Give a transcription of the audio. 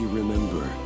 remember